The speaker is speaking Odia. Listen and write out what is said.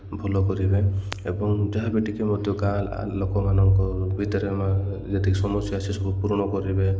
ଭଲ କରିବେ ଏବଂ ଯାହା ବି ଟିକେ ମଧ୍ୟ ଗାଁ ଲୋକମାନଙ୍କ ଭିତରେ ଯେତିକି ସମସ୍ୟା ଅଛି ସବୁ ପୂରଣ କରିବେ